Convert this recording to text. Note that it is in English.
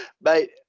Mate